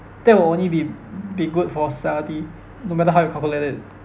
that will only be b~ be good for society no matter how you calculate it